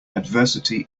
adversity